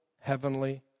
heavenly